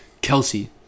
Kelsey